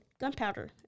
gunpowder